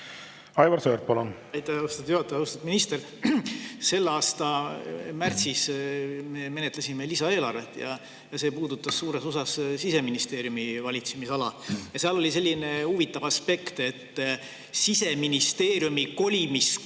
Aivar Sõerd, palun! Aitäh, austatud juhataja! Austatud minister! Selle aasta märtsis me menetlesime lisaeelarvet ja see puudutas suures osas Siseministeeriumi valitsemisala. Seal oli selline huvitav aspekt, et Siseministeeriumi kolimisraha